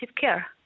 care